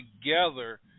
together